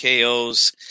KOs